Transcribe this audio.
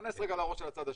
כנס רגע לראש של הצד השני.